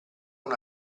con